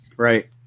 Right